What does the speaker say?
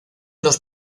los